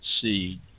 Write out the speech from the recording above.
seed